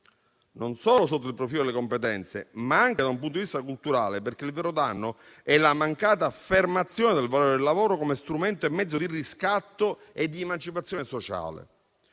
non solo sotto il profilo delle competenze, ma anche da un punto di vista culturale. Il vero danno è la mancata affermazione del valore del lavoro come strumento e mezzo di riscatto e di emancipazione sociale,